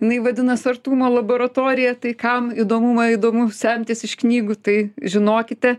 jinai vadinasi artumo laboratorija tai kam įdomumą įdomu semtis iš knygų tai žinokite